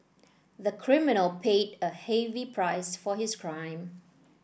the criminal paid a heavy price for his crime